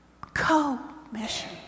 Co-mission